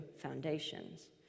foundations